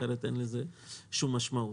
אחרת אין לזה שום משמעות.